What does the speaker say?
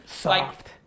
Soft